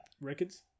records